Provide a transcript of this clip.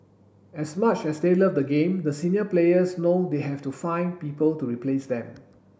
as much as they love the game the senior players know they have to find people to replace them